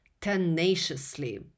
tenaciously